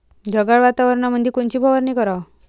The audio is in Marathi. ढगाळ वातावरणामंदी कोनची फवारनी कराव?